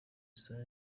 isaha